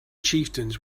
chieftains